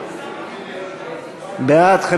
התקציב 2015, בדבר תוספת תקציב לא נתקבלו.